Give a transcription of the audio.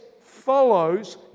follows